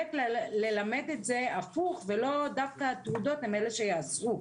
שבאמת ללמד את זה הפוך ולא דווקא התעודות הן אלה שיעזרו.